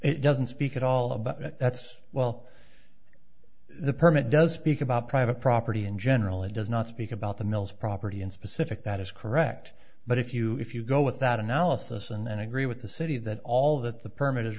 it doesn't speak at all about it that's well the permit does speak about private property in general it does not speak about the mills property in specific that is correct but if you if you go with that analysis and agree with the city that all that the permit is